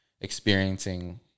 experiencing